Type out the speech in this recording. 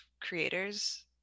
creators